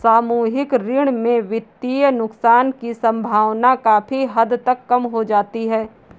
सामूहिक ऋण में वित्तीय नुकसान की सम्भावना काफी हद तक कम हो जाती है